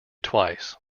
twice